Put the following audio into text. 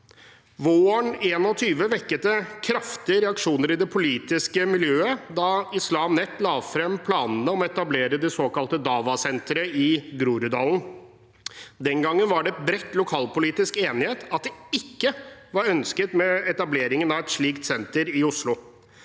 Våren 2021 vekket det kraftige reaksjoner i det politiske miljøet da Islam Net la frem planene om å etablere det såkalte dawah-senteret i Groruddalen. Den gangen var det bred lokalpolitisk enighet om at etableringen av et slikt senter i Oslo